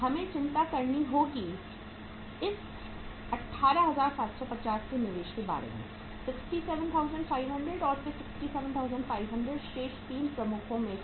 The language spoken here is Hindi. हमें चिंता करनी होगी इस 18750 के निवेश के बारे में 67500 और फिर से 67500 शेष 3 प्रमुखों में से